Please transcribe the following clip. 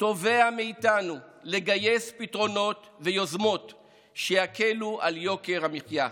תובע מאיתנו לגייס פתרונות ויוזמות שיקלו את יוקר המחיה.